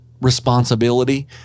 responsibility